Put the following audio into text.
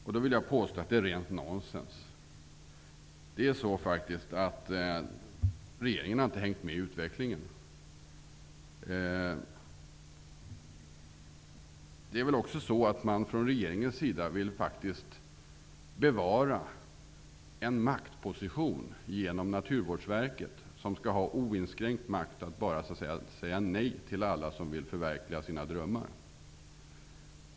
Jag vill påstå att det är rent nonsens. Regeringen har inte hängt med i utvecklingen. Regeringen vill bevara en maktposition genom Naturvårdsverket, som skall ha oinskränkt makt att bara säga nej till alla som vill förverkliga sina drömmar.